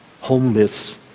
homeless